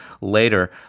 later